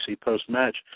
post-match